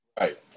Right